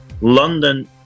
London